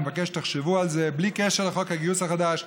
ואני מבקש שתחשבו על זה בלי קשר לחוק הגיוס החדש,